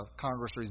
Congress